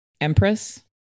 Empress